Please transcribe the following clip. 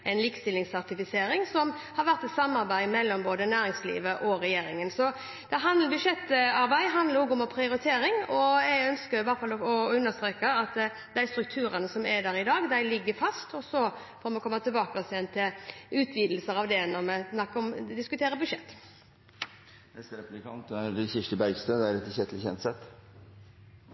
som har vært et samarbeid mellom næringslivet og regjeringen. Budsjettarbeid handler også om prioritering, og jeg ønsker i hvert fall å understreke at de strukturene som er der i dag, ligger fast, og så får vi komme tilbake igjen til utvidelser når vi diskuterer budsjett. Statsråden har sagt flere ganger at hun ønsker å bygge videre på eksisterende strukturer. Hadde det